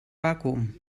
vakuum